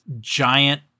giant